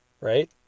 Right